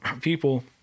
people